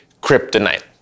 kryptonite